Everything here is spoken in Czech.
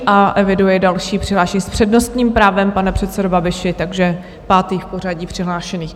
A eviduji další přihlášení s přednostním právem, pane předsedo Babiši, takže pátý v pořadí přihlášených.